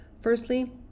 firstly